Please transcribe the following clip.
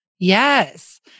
Yes